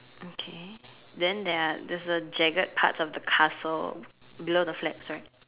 okay then there are there's a jagged parts of the castle below the flags correct